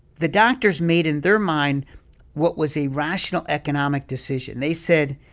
the doctors made in their mind what was a rational economic decision. they said,